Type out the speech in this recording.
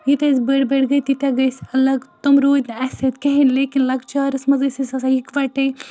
ییٖتیٛاہ أسۍ بٔڑۍ بڑۍ گٔے تیٖتیٛاہ گٔے أسۍ اَلگ تِم روٗدۍ نہٕ اَسہِ سۭتۍ کِہیٖنۍ لیکِن لۄکچارَس منٛز ٲسۍ أسۍ آسان یِکوَٹَے